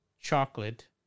chocolate